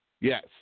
Yes